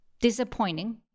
disappointing